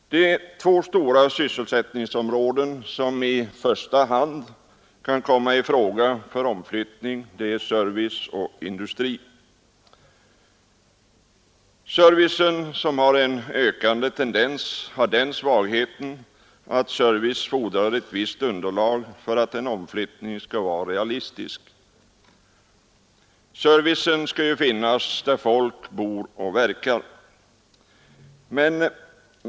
De två stora sysselsättningsområden som i första hand kan komma i fråga för omflyttning är service och industri. Servicen, som visar en ökande tendens, har den svagheten att service fordrar ett visst underlag för att en omflyttning skall vara realistisk — servicen skall ju finnas där folk bor och verkar.